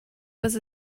was